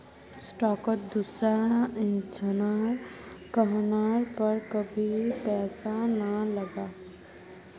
स्टॉकत दूसरा झनार कहनार पर कभी पैसा ना लगा